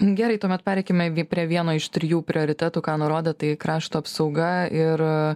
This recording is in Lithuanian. gerai tuomet pereikime prie vieno iš trijų prioritetų ką nurodo tai krašto apsauga ir